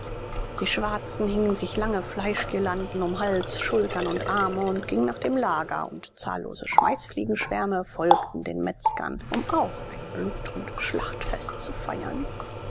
die schwarzen hingen sich lange fleischgirlanden um hals schultern und arme und gingen nach dem lager und zahllose schmeißfliegenschwärme folgten den metzgern um auch ein blut und schlachtfest zu feiern